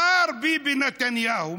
מר ביבי נתניהו,